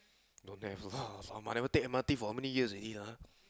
don't have lah I haven't take M_R_T for how many years already lah